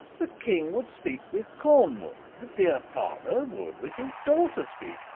the king would speak with cornwall the dear father would with his daughter speak,